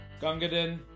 Gungadin